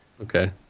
Okay